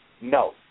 no